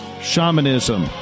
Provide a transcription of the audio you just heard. shamanism